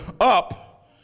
up